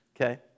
Okay